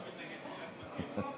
לא, אני לא מתנגד, אני רק מסביר.